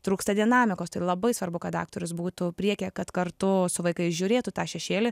trūksta dinamikos tai labai svarbu kad aktorius būtų priekyje kad kartu su vaikais žiūrėtų tą šešėlį